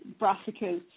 brassicas